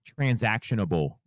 transactionable